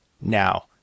Now